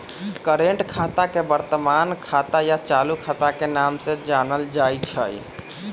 current खाता के वर्तमान खाता या चालू खाता के नाम से जानल जाई छई